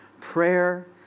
prayer